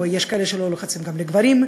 או יש כאלה שלא לוחצים גם לגברים,